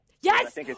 Yes